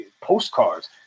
postcards